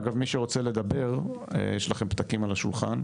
אגב, מי שרוצה לדבר, יש לכם פתקים על השולחן,